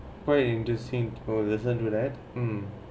why you interesting to listen to that